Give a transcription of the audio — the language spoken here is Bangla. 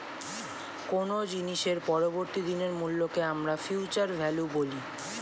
কোনো জিনিসের পরবর্তী দিনের মূল্যকে আমরা ফিউচার ভ্যালু বলি